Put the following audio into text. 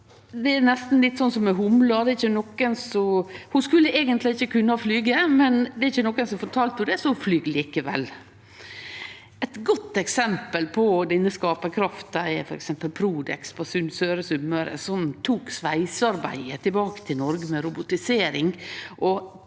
Det er nesten litt som med humla: Ho skulle eigentleg ikkje kunne flyge, men det var ikkje nokon som fortalde ho det, så ho flyg likevel. Eit godt eksempel på denne skaparkrafta er Prodex på Søre Sunnmøre, som tok sveisearbeidet tilbake til Noreg med robotisering